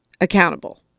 accountable